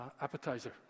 appetizer